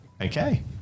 Okay